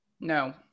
no